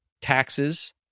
taxes